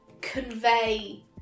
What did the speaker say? convey